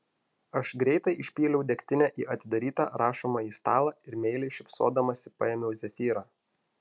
aš greitai išpyliau degtinę į atidarytą rašomąjį stalą ir meiliai šypsodamasi paėmiau zefyrą